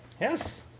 Yes